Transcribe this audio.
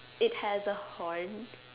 it has a horn